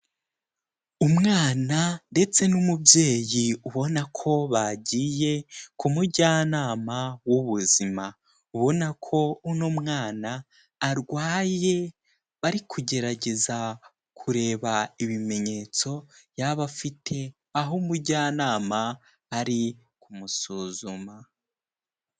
Umwana ndetse n'umubyeyi ubona ko bagiye ku mujyanama w'ubuzima, ubona ko uno mwana arwaye, bari kugerageza kureba ibimenyetso yaba afite, aho umujyanama ari kumusuzuma.